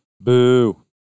Boo